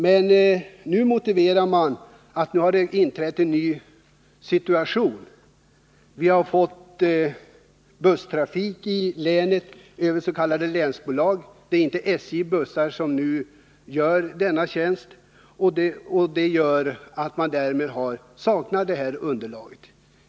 Men nu motiverar SJ sitt handlande med att det inträtt en ny situation med busstrafik i länet över s.k. länsbolag — det är alltså inte SJ-bussar som tas i tjänst. Därmed saknar man alltså det här underlaget.